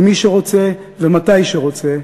עם מי שהוא רוצה ומתי שהוא רוצה,